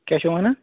کیٛاہ چھِو وَنان